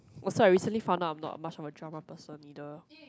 also I recently found out I'm not much of a drama person either